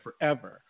forever